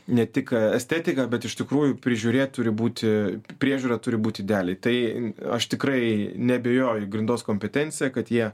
ne tik estetika bet iš tikrųjų prižiūrėti turi būti priežiūra turi būti ideali tai aš tikrai neabejoju grindos kompetencija kad jie